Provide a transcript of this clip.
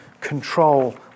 control